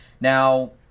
Now